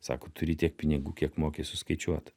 sako turi tiek pinigų kiek moki suskaičiuot